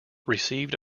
received